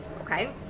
Okay